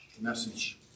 message